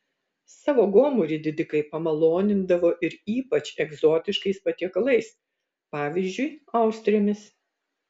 savo gomurį didikai pamalonindavo ir ypač egzotiškais patiekalais pavyzdžiui austrėmis